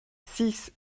six